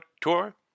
tour